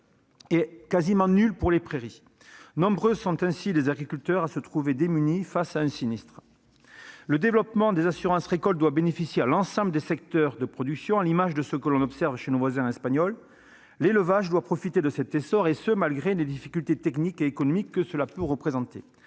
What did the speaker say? et nul pour les prairies. Nombreux sont ainsi les agriculteurs à se trouver démunis face à un sinistre. Le développement des assurances récoltes doit bénéficier à l'ensemble des secteurs de production, à l'image de ce que l'on observe chez nos voisins espagnols. L'élevage doit profiter de cet essor, et ce malgré les difficultés techniques et économiques. En outre,